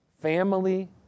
family